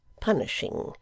punishing